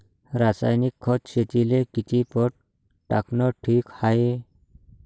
रासायनिक खत शेतीले किती पट टाकनं ठीक हाये?